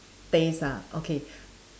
taste ah okay